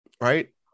Right